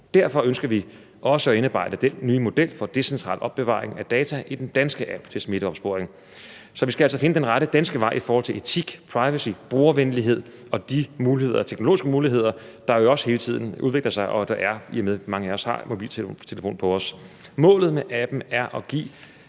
Derfor ønsker vi også at indarbejde den nye model for decentral opbevaring af data i den danske app til smitteopsporing. Så vi skal altså finde den rette danske vej i forhold til etik, privacy, brugervenlighed og de teknologiske muligheder, der jo også hele tiden udvikler sig, og der findes, i og med at mange af os har en mobiltelefon på os. Målet med appen er at give